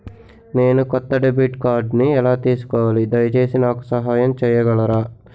నేను కొత్త డెబిట్ కార్డ్ని ఎలా తీసుకోవాలి, దయచేసి నాకు సహాయం చేయగలరా?